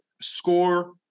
score